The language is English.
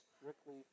strictly